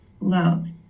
love